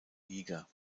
niger